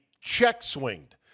check-swinged